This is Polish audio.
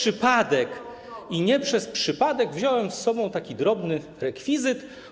I nie przez przypadek wziąłem ze sobą taki drobny rekwizyt.